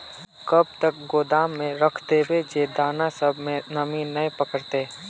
कब तक गोदाम में रख देबे जे दाना सब में नमी नय पकड़ते?